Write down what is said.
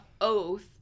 oath